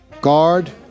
Guard